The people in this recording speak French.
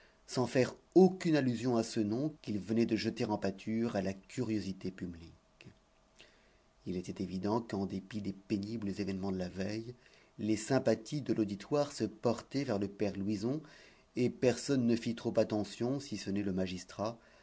sans faire aucune allusion à ce nom qu'il venait de jeter en pâture à la curiosité publique il était évident qu'en dépit des pénibles événements de la veille les sympathies de l'auditoire se portaient vers le père louison et personne ne fit trop attention si ce n'est le magistrat